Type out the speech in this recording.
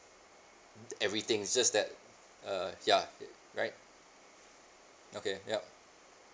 everything it's just that uh yeah right okay yup